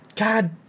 God